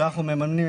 במימון שלנו,